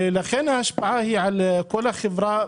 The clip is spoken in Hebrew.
ההשפעה היא על כל החברה,